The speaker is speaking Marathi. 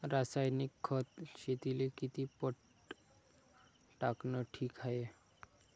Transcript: रासायनिक खत शेतीले किती पट टाकनं ठीक हाये?